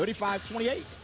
thirty five twenty eight